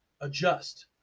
adjust